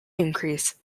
increase